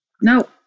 No